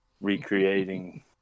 recreating